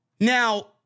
Now